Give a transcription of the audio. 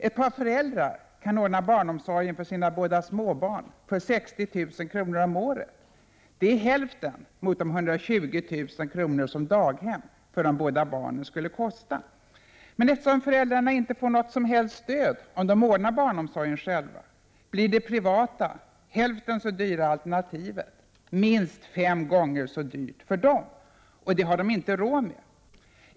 Ett par föräldrar kan ordna barnomsorgen för sina båda småbarn för 60 000 kr. per år, det är hälften mot de 120 000 kr. som daghem för de båda barnen skulle kosta. Men eftersom föräldrarna inte får något som helst stöd om de ordnar barnomsorgen själva blir det privata, hälften så dyra, alternativet minst fem gånger så dyrt för dem. Och det har de inte råd med.